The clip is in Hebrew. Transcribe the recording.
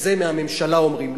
וזה מהממשלה אומרים,